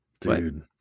dude